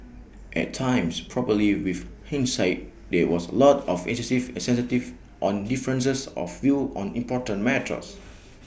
at times probably with hindsight there was A lot of excessive sensitivity on differences of views on important matters